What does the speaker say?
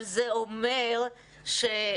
אבל זה אומר שזהו,